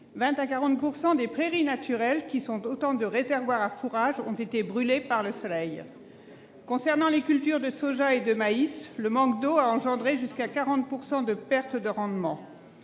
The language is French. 20 % à 40 % des prairies naturelles, qui sont autant de réservoirs à fourrage, ont été brûlées par le soleil. Pour ce qui concerne les cultures de soja et de maïs, le manque d'eau a engendré jusqu'à 40 % de perte de rendement.